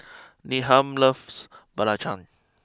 Needham loves Belacan